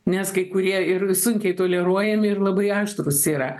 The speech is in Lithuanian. nes kai kurie ir sunkiai toleruojami ir labai aštrūs yra